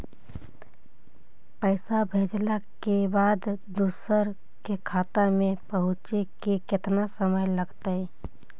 पैसा भेजला के बाद दुसर के खाता में पहुँचे में केतना समय लगतइ?